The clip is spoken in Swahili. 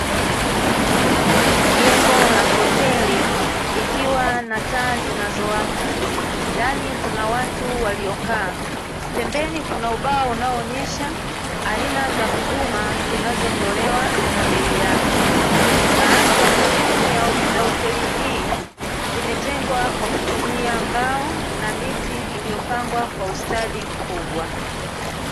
Jengo la hoteli likiwa na taa zinazowaka, ndani kuna watu waliokaa. Pembeni kuna ubao unaoonyesha aina za huduma zinazotolewa na bei yake. Baadhi ya sehemu za hoteli hii zimetengwa kwa kutumia mbao na miti iliyopangwa kwa ustadi mkubwa.